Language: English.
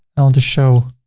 i'll just show